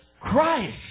Christ